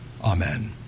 amen